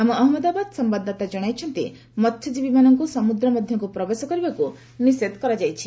ଆମ ଅହମ୍ମଦାବାଦ ସମ୍ଭାଦଦାତା ଜଣାଇଛନ୍ତି ମସ୍ୟଜୀବୀମାନଙ୍କୁ ସମୁଦ୍ର ମଧ୍ୟକୁ ପ୍ରବେଶ କରିବାକୁ ନିଷେଧ କରାଯାଇଛି